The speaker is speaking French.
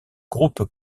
groupes